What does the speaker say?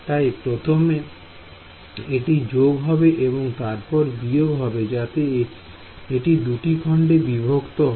তাই প্রথমে এটি যোগ হবে এবং তারপর বিয়োগ হবে যাতে এটি দুটি খণ্ডে বিভক্ত হয়